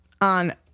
on